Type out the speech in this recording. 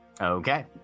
Okay